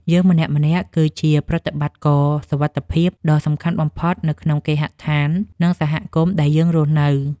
យើងម្នាក់ៗ គឺជាប្រតិបត្តិករសុវត្ថិភាពដ៏សំខាន់បំផុតនៅក្នុងគេហដ្ឋាន និងសហគមន៍ដែលយើងរស់នៅ។